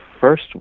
first